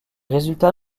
résultats